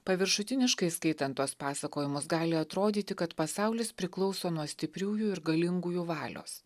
paviršutiniškai skaitant tuos pasakojimus gali atrodyti kad pasaulis priklauso nuo stipriųjų ir galingųjų valios